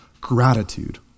Gratitude